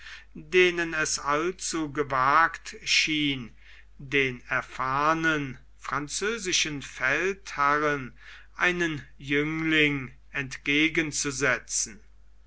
dem es allzu gewagt schien den erfahrnen französischen feldherrn einen jüngling entgegen